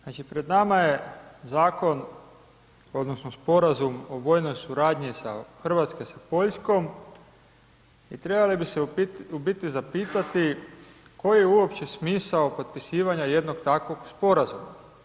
Znači, pred nama je zakon, odnosno Sporazum o vojnoj suradnji Hrvatske s Poljskom i trebali bi se u biti zapitati koji je uopće smisao potpisivanja jednog takvog sporazuma.